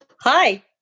Hi